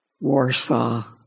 Warsaw